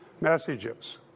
messages